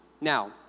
now